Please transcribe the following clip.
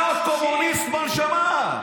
אתה קומוניסט בנשמה.